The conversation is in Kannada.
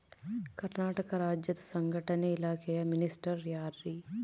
ಕರ್ನಾಟಕ ರಾಜ್ಯದ ಸಂಘಟನೆ ಇಲಾಖೆಯ ಮಿನಿಸ್ಟರ್ ಯಾರ್ರಿ?